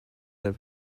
der